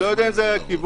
לא יודע אם זה היה הכיוון.